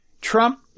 Trump